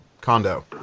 condo